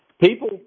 People